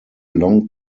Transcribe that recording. long